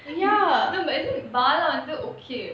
no but as in bala வந்து:vanthu okay